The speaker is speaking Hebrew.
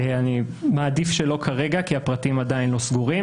אני מעדיף שלא כרגע כי הפרטים עדיין לא סגורים,